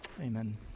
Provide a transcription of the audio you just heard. Amen